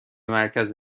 مرکز